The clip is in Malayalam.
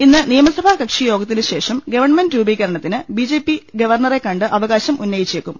ഇന്ന് നിയമസഭാകക്ഷി യോഗത്തിനുശേഷം ഗവൺമെന്റ് രൂപീകരണത്തിന് ബി ജെ പി ഗവർണറെ കണ്ട് അവകാശം ഉന്നയിച്ചേക്കും